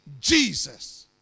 Jesus